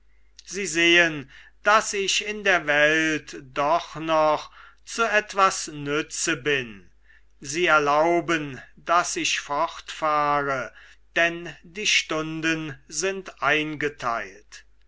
sie sehen daß ich in der welt doch noch zu etwas nütze bin sie erlauben daß ich fortfahre denn die stunden sind eingeteilt